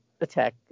attack